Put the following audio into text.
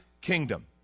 kingdom